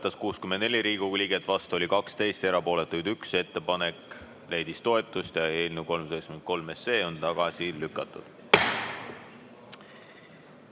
64 Riigikogu liiget, vastu oli 12, erapooletuid 1. Ettepanek leidis toetust ja eelnõu 393 on tagasi lükatud.